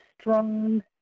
strong